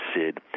Sid